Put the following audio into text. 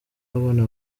w’abana